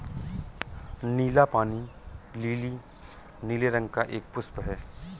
नीला पानी लीली नीले रंग का एक पुष्प है